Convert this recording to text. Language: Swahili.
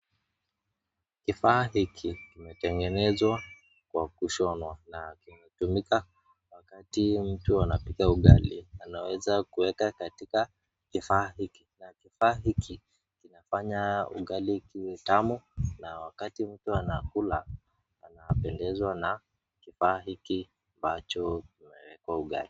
Kifaa hiki kimetengenezwa kwa kushonwa na kinatumika wakati mtu anapika ugali anaweza kuweka katika kifaa hiki na kifaa hiki kinafanya ugali iwe tamu na wakati mtu anakula anapendezwa na kifaa hiki ambacho kimewekwa ugali.